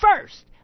first